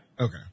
Okay